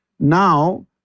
Now